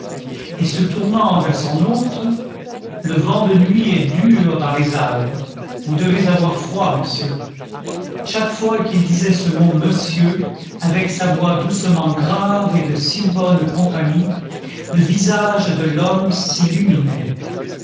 et se tournant vers son hôte le vent de nuit est dur dans les alpes vous devez avoir froid monsieur chaque fois qu'il disait ce mot monsieur avec sa voix doucement grave et de si bonne compagnie le visage de l'homme s'illuminait